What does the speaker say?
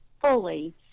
fully